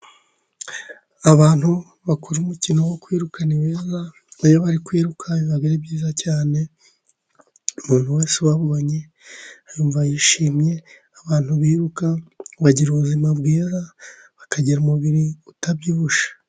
Abantu bakora umukino wo kwiruka mwiza, iyo bari kwiruka biba ari byiza cyane, umuntu wese ubabonye yumva yishimye, abantu biruka bagira ubuzima bwiza, bakagira umubiri utabyibushye.